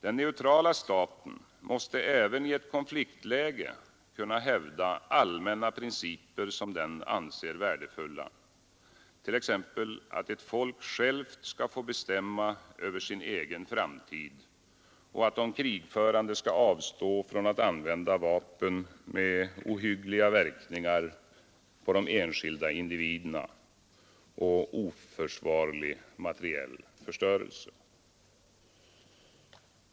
Den neutrala staten måste även i ett konfliktläge kunna hävda allmänna principer som den anser värdefulla, t.ex. att ett folk självt skall få bestämma över sin egen framtid och att de krigförande skall avstå från att använda vapen med ohyggliga verkningar på de enskilda individerna och oförsvarlig materiell förstörelse.